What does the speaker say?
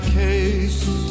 case